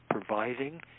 providing